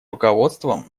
руководством